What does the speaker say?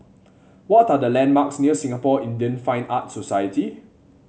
what are the landmarks near Singapore Indian Fine Arts Society